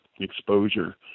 exposure